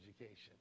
education